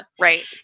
Right